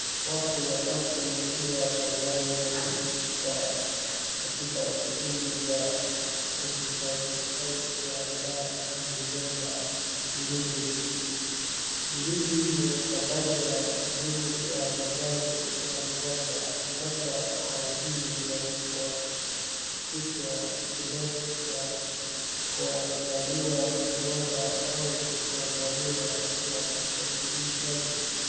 Watu watatu wakiwa shambani wakihusika katika shughuli ya kuhifadhi au kuandaa migomba ndizi mbichi. Ndizi zimetandazwa juu ya majani ya mgomba labda kwa ajili ya kwa kushwa kwa kuangalia ubora au kuandaliwa kwa usafirishaji.